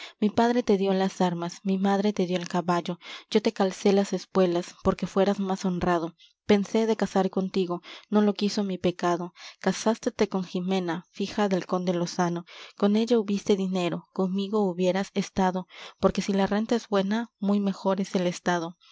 mi padre te dió las armas mi madre te dió el caballo yo te calcé las espuelas porque fueras más honrado pensé de casar contigo no lo quiso mi pecado casástete con jimena fija del conde lozano con ella hubiste dinero conmigo hubieras estado porque si la renta es buena muy mejor es el estado